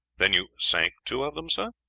then you sank two of them, sir?